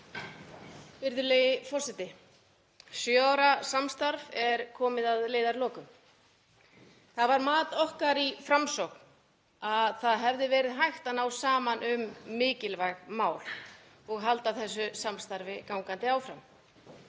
Virðulegi forseti. Sjö ára samstarf er komið að leiðarlokum. Það var mat okkar í Framsókn að það hefði verið hægt að ná saman um mikilvæg mál og halda þessu samstarfi gangandi áfram.